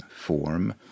form